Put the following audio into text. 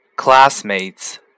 Classmates